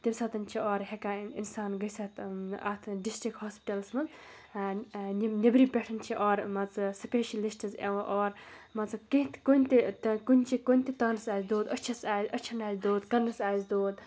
تمہِ ساتہٕ چھِ اورٕ ہٮ۪کان اِنسان گٔژھِتھ اَتھ ڈِسٹِرٛک ہاسپِٹَلَس منٛز یِم نیٚبرِم پٮ۪ٹھ چھِ اورٕ مان ژٕ سٕپیشَلِسٹٕز یِوان اور مان ژٕ کینٛہہ کُنہِ تہِ کُنہِ چھِ کُنہِ تہِ تانَس آسہِ دود أچھَس آ أچھَن آسہِ دود کَنَس آسہِ دود